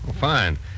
Fine